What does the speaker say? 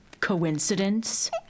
Coincidence